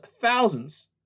thousands